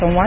संवाद